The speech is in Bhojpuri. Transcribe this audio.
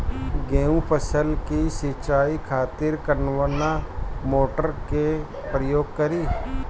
गेहूं फसल के सिंचाई खातिर कवना मोटर के प्रयोग करी?